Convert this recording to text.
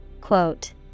Quote